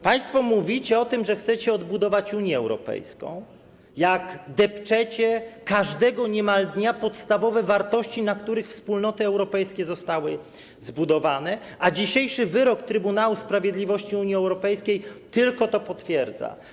Państwo mówicie o tym, że chcecie odbudować Unię Europejską, a depczecie niemal każdego dnia podstawowe wartości, na których Wspólnoty Europejskie zostały zbudowane, a dzisiejszy wyrok Trybunału Sprawiedliwości Unii Europejskiej tylko to potwierdza.